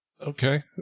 Okay